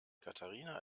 katharina